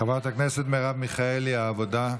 חברת הכנסת מרב מיכאלי, העבודה.